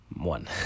one